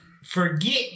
Forget